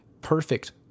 perfect